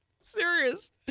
Serious